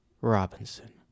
Robinson